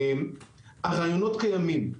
הרעיונות קיימים.